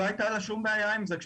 לא הייתה לה שום בעיה עם זה.